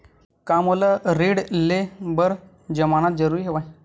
का मोला ऋण ले बर जमानत जरूरी हवय?